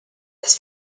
this